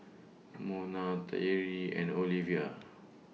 Mona Tyree and Oliva